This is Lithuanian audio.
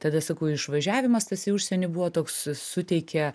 tada sakau išvažiavimas tas į užsienį buvo toks suteikė